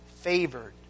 favored